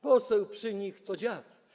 Poseł przy nich to dziad.